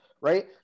Right